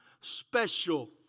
special